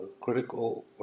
critical